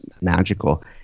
magical